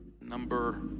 number